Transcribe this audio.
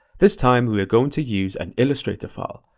this time we are going to use an illustrator file.